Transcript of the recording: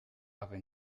aber